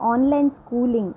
online schooling